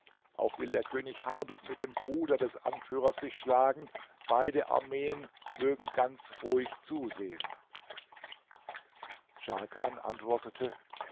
auch will der könig hardub mit dem bruder des anführers sich schlagen beide armeen mögen ganz ruhig zusehen scharkan antwortete